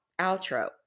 outro